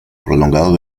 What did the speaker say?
prolongado